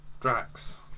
Drax